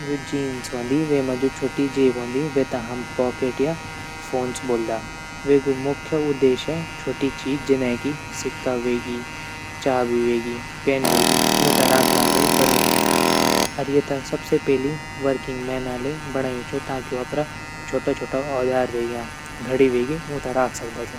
जू जीन्स वंदी वेमा जू छोटी जेब वंदी वेता हम पॉकेट या फ़ोन्स ब्वल्दा वेगु मुख्य उद्देस्य छोटी चीज़ जने की सिक्का वेगी चाबी वेगी पेन वेगी यूँ त राखणा ले बडायूँ ची और येता सबसे पैली वर्किंग मैन ना ले बडायूँ छो ताकी ऊ अपरा छोटा छोटा औज़ार वेज्ञा घड़ी वेगी ऊँ त राख सकदा छा।